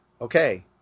okay